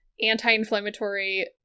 anti-inflammatory